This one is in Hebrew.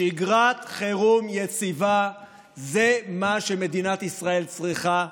שגרת חירום יציבה, זה מה שמדינת ישראל צריכה,